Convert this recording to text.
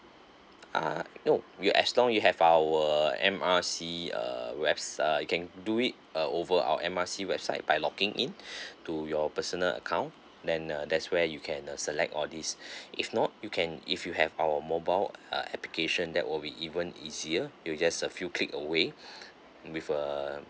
ah no you as long you have our M_R_C uh webs uh you can do it uh over our M_R_C website by logging in to your personal account then uh that's where you can uh select all these if not you can if you have our mobile err application that will be even easier you just a few click away with uh